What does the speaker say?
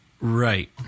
Right